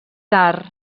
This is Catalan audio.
tard